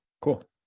cool